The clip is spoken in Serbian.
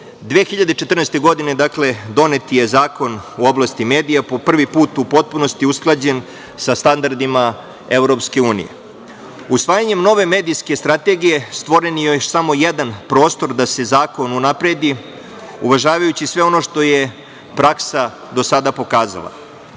Godine 2014. donet je zakon u oblasti medija po prvi put u potpunosti usklađen sa standardima EU. Usvajanjem nove medijske strategije stvoren je još samo jedan prostor da se zakon unapredi uvažavajući sve ono što je praksa do sada pokazala. Veoma